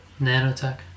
nanotech